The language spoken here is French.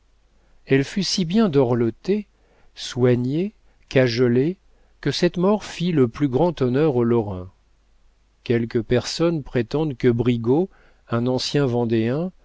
elle fut si bien dorlotée soignée cajolée que cette mort fit le plus grand honneur aux lorrain quelques personnes prétendent que brigaut un ancien vendéen